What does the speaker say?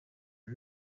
nta